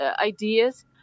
ideas